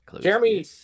Jeremy